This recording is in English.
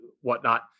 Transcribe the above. whatnot